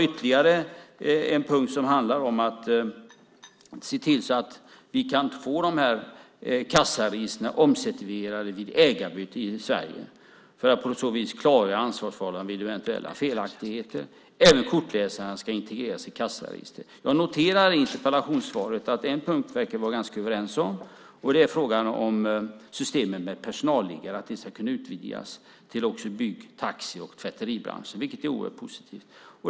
Ytterligare en punkt handlar om att se till att vi får kassaregistren omcertifierade vid ägarbyte i Sverige för att på så vis klara ansvarförhållandena vid eventuella felaktigheter. Även kortläsare ska integreras i kassaregister. Jag noterar i interpellationssvaret att vi verkar vara ganska överens på en punkt, nämligen vad gäller systemet med personalliggare, alltså att det ska kunna utvidgas till att även gälla bygg-, taxi och tvätteribranscherna. Det är oerhört positivt.